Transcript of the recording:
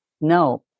no